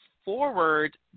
forward